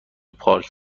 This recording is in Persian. پارک